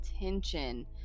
attention